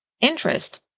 interest